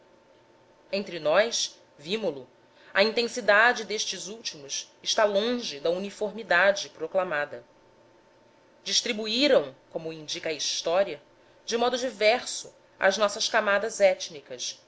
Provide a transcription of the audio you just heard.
entre nós vimo lo a intensidade destes últimos está longe da uniformidade proclamada distribuíram como o indica a história de modo diverso as nossas camadas étnicas